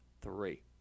three